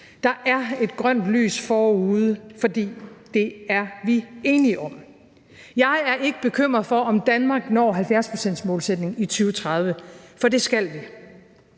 Der er et grønt lys forude, for det er vi enige om. Jeg er ikke bekymret for, om Danmark når 70-procentsmålsætningen i 2030, for det skal vi.